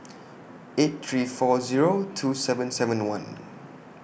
eight three four Zero two seven seven one